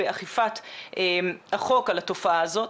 באכיפת החוק על התופעה הזאת.